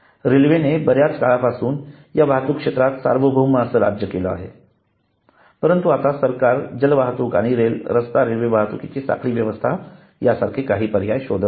रेल्वेने बर्याच काळापासून या वाहतूक क्षेत्रात सार्वभौम असे राज्य केले आहे परंतु आता सरकार जलवाहतूक आणि रस्ता रेल्वे वाहतुकीची साखळी व्यवस्था यासारखे इतर काही पर्याय शोधत आहे